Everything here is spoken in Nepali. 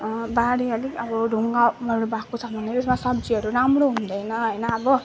बारी अलिक अब ढुङ्गाहरू भएको छ भने अब सब्जीहरू राम्रो हुँदैन होइन अब